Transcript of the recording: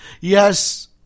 Yes